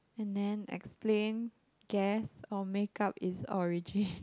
and then explain guess or make up its origin